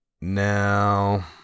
Now